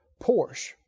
Porsche